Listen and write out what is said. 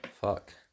Fuck